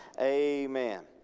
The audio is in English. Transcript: amen